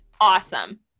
awesome